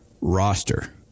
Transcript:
roster